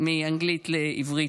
מאנגלית לעברית.